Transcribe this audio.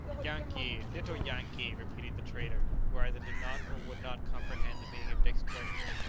yankee! little yankee! repeated the trader, who either did not or would not comprehend the meaning of dick's question.